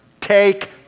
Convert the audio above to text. Take